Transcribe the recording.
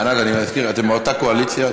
ענת, אני מזכיר, אתם מאותה קואליציה.